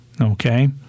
Okay